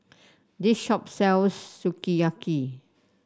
this shop sells Sukiyaki